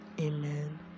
Amen